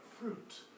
fruit